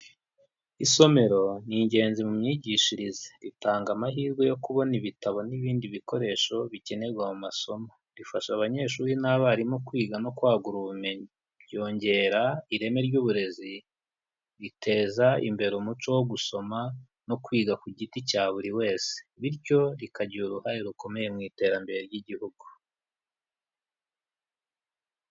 Isomero ni ingenzi mu myigishirize, itanga amahirwe yo kubona ibitabo n'ibindi bikoresho bikenerwa mu masomo, rifasha abanyeshuri n'abarimu kwiga no kwagura ubumenyi, ryongera ireme ry'uburezi, riteza imbere umuco wo gusoma no kwiga ku giti cya buri wese. Bityo rikagira uruhare rukomeye mu iterambere ry'igihugu.